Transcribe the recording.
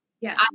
Yes